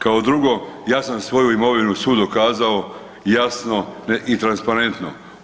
Kao drugo, ja sam svoju imovinu svu dokazao jasno i transparentno.